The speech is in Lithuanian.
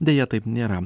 deja taip nėra